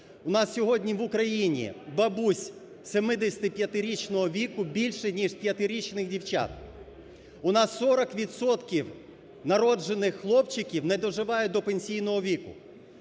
У нас сьогодні в Україні бабусь 75-річного віку більше ніж п'ятирічних дівчат, у нас 40 відсотків народжених хлопчиків не доживають до пенсійного віку.